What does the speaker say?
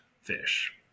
fish